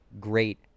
great